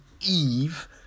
Eve